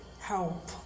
help